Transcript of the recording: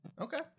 Okay